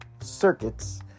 circuits